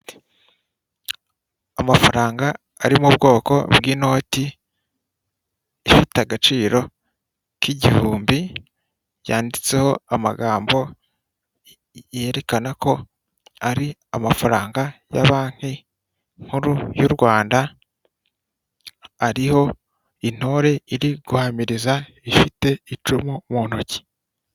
Amafaranga ari mu bwoko bw'inoti ifite agaciro k'igihumbi, yanditseho amagambo yerekana ko ari amafaranga ya banki nkuru y'u Rwanda, ariho intore iri guhamiriza ifite icumu mu ntoki.